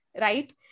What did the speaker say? right